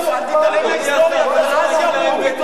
אל תתעלם מההיסטוריה, גם אז ירו.